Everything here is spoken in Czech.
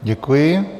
Děkuji.